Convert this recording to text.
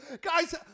Guys